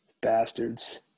bastards